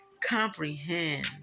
comprehend